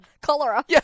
Cholera